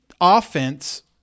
offense